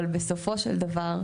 אבל בסופו של דבר,